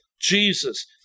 Jesus